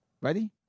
Ready